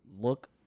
look